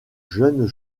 jeunes